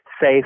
Safe